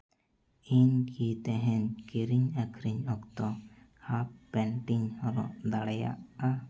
ᱤᱧ ᱠᱤ ᱛᱮᱦᱮᱧ ᱠᱤᱨᱤᱧᱼᱟᱹᱠᱷᱨᱤᱧ ᱚᱠᱛᱚ ᱦᱟᱯᱷ ᱯᱮᱱᱴ ᱤᱧ ᱦᱚᱨᱚᱜ ᱫᱟᱲᱮᱭᱟᱜᱼᱟ